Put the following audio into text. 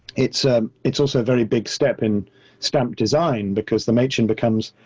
it's ah it's also a very big step in stamp design, because the machin becomes